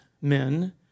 men